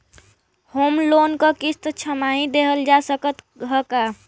Home loan क किस्त छमाही देहल जा सकत ह का?